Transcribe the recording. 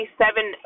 seven